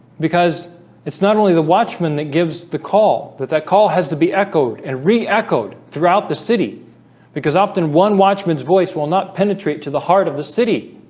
because it's not only the watchmen that gives the call that that call has to be echoed and re-echoed throughout the city because often one watchman's voice will not penetrate to the heart of the city.